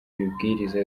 ibwirizwa